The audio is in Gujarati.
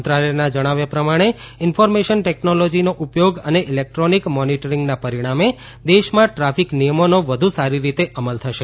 મંત્રાલયના જણાવ્યા પ્રમાણે ઇન્ફોરમેશન ટેકનોલોજીનો ઉપયોગ અને ઇલેક્ટ્રોનિક મોનિટરીંગના પરિણામે દેશમાં ટ્રાફિક નિયમોનો વધુ સારી રીતે અમલ થશે